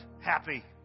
happy